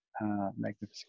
magnificent